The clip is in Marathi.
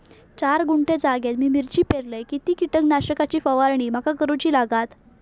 चार गुंठे जागेत मी मिरची पेरलय किती कीटक नाशक ची फवारणी माका करूची लागात?